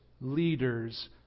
leaders